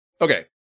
Okay